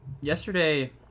Yesterday